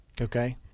Okay